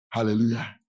Hallelujah